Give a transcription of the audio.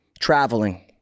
Traveling